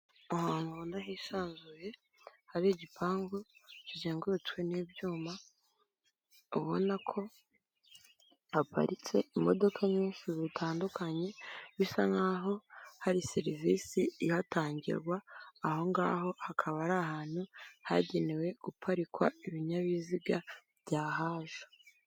Ahantu umubona hisanzuye hari igipangu kizengurutswe n'ibyuma ubona ko haparitse imodoka nyinshi zitandukanye, bisa nkaho hari serivisi ihatangirwa. Aho ngaho hakaba ari ahantu hagenewe guparikwa ibinyabiziga byahaje.